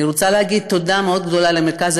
אני רוצה להגיד תודה מאוד גדולה למרכז